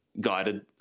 guided